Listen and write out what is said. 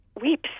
Weeps